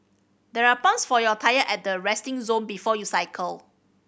there are pumps for your tyres at the resting zone before you cycle